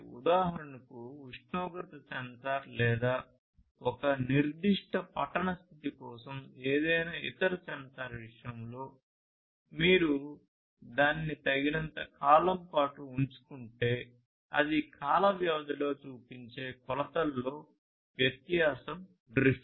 ఉదాహరణకు ఉష్ణోగ్రత సెన్సార్ లేదా ఒక నిర్దిష్ట పఠన స్థితి కోసం ఏదైనా ఇతర సెన్సార్ విషయంలో మీరు దానిని తగినంత కాలం పాటు ఉంచుకుంటే అది కాల వ్యవధిలో చూపించే కొలతలలో వ్యత్యాసం డ్రిఫ్ట్